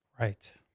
Right